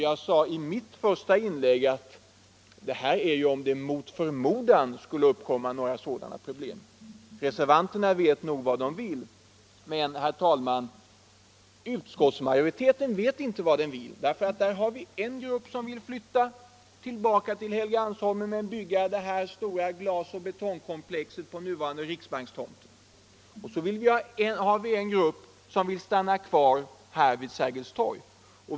Jag sade i mitt första inlägg att detta gäller om det mot förmodan skulle uppkomma några sådana problem. Reservanterna vet nog vad de vill, men det gör inte utskottsmajoriteten. En grupp vill flytta tillbaka till Helgeandsholmen och låta bygga ett stort glasoch betongkomplex på den nuvarande riksbankstomten. En annan grupp vill stanna kvar här vid Sergels torg.